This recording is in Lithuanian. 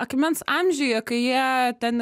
akmens amžiuje kai jie ten